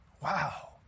Wow